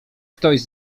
ktoś